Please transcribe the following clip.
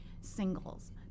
singles